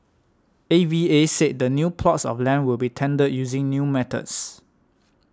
A V A said the new plots of land will be tendered using new methods